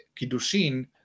Kiddushin